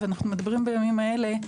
ואנו מדברים בימים אלה,